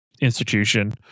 institution